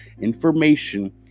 Information